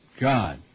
God